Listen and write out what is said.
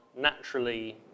naturally